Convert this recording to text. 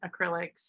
acrylics